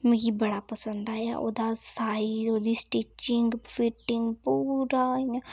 मिगी बड़ा पसंद आया ओह्दा साइज़ ओह्दी स्टिचिंग फिटिंग पूरा इ'यां